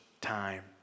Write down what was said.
time